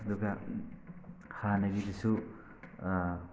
ꯑꯗꯨꯒ ꯍꯥꯟꯅꯒꯤꯗꯨꯁꯨ